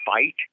fight